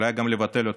ואולי גם לבטל אותו.